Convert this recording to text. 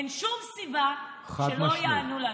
אין שום סיבה שלא יענו לנו.